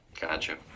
Gotcha